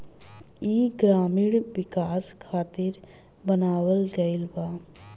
ई ग्रामीण विकाश खातिर बनावल गईल बा